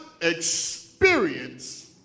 experience